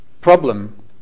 problem